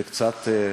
זה קצת דיכוטומי,